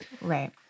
Right